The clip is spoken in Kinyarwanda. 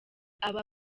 aba